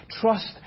trust